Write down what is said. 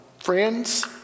Friends